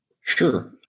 Sure